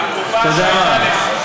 אתה יודע מה,